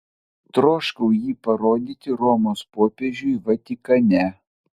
troškau jį parodyti romos popiežiui vatikane